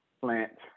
plant